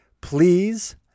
Please